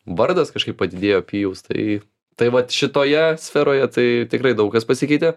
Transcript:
vardas kažkaip padidėjo pijaus tai tai vat šitoje sferoje tai tikrai daug kas pasikeitė